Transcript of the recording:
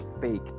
fake